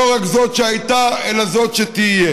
לא רק זאת שהייתה אלא זאת שתהיה.